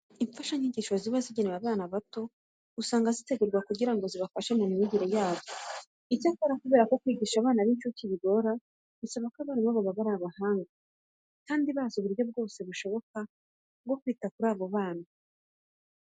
Imfashanyigisho ziba zigenewe abana bato usanga zitegurwa kugira ngo zibafashe mu myigire yabo. Icyakora kubera ko kwigisha abana b'incuke bigora, bisaba ko abarimu babo baba ari abahanga kandi bazi uburyo bwose bushoboka bwo kwita kuri bo.